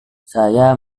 saya